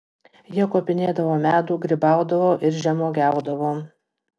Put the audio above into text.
jie kopinėdavo medų grybaudavo ir žemuogiaudavo